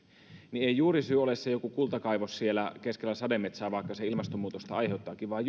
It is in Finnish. niin ei juurisyy ole joku kultakaivos keskellä sademetsää vaikka se ilmastonmuutosta aiheuttaakin vaan